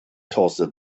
toasted